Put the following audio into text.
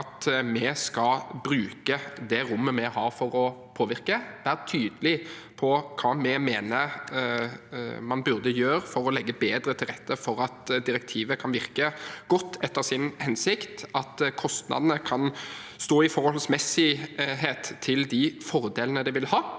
at vi skal bruke det rommet vi har for å påvirke, at vi skal være tydelige på hva vi mener man burde gjøre for å legge bedre til rette for at direktivet kan virke godt etter sin hensikt, og at kostnadene kan være forholdsmessige med hensyn til de fordelene det vil ha.